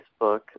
Facebook